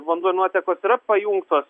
vanduo ir nuotekos yra pajungtos